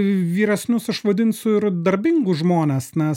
vyresnius aš vadinsiu ir darbingus žmones nes